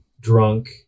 drunk